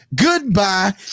Goodbye